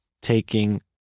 taking